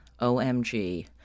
OMG